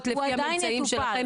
עדיין יטופל.